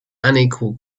unequal